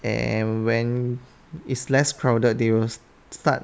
and when is less crowded they will start